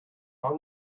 paar